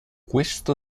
questo